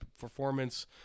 performance